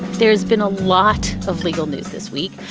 there's been a lot of legal news this week.